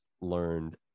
learned